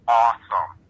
awesome